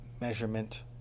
measurement